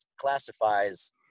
classifies